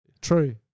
true